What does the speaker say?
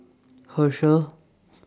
Herschel